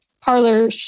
parlor